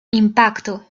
impacto